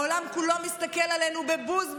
העולם כולו מסתכל עלינו בבוז בגללכם.